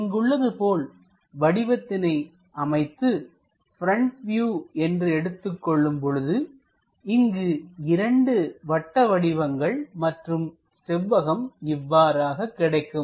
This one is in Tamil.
இங்குள்ளது போலவடிவத்தினை அமைத்து ப்ரெண்ட் வியூ என்று எடுத்துக் கொள்ளும் பொழுது இங்கு இரண்டு வட்ட வடிவங்கள் மற்றும் செவ்வகம் இவ்வாறாக கிடைக்கும்